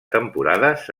temporades